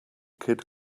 kid